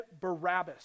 Barabbas